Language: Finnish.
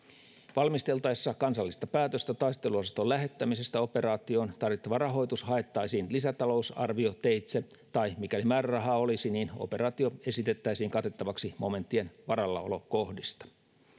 valmisteltaessa kansallista päätöstä taisteluosaston lähettämisestä operaatioon tarvittava rahoitus haettaisiin lisätalousarvioteitse tai mikäli määrärahaa olisi niin operaatio esitettäisiin katettavaksi momenttien varallaolokohdista